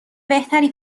بهتری